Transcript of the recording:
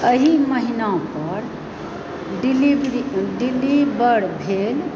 एहि महीना पर डिलीवरी डिलीवर भेल